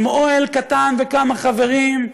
עם אוהל קטן וכמה חברים,